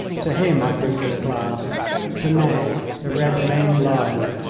to him i drink this glass to ney, the red-maned lion,